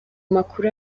makuru